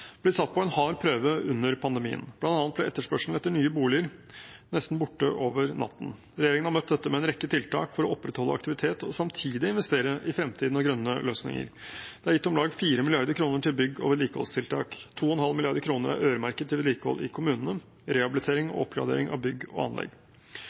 satt på en hard prøve under pandemien. Blant annet ble etterspørselen etter nye boliger nesten borte over natten. Regjeringen har møtt dette med en rekke tiltak for å opprettholde aktivitet og samtidig investere i fremtiden og grønne løsninger. Det er gitt om lag 4 mrd. kr til bygge- og vedlikeholdstiltak. 2,5 mrd. kr er øremerket til vedlikehold i kommunene, rehabilitering